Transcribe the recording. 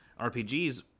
RPGs